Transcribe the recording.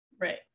Right